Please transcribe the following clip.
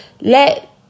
let